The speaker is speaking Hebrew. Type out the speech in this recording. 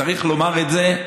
צריך לומר את זה,